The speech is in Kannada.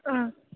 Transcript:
ಹಾಂ